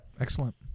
Excellent